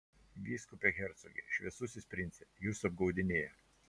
vyskupe hercoge šviesusis prince jus apgaudinėja